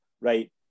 right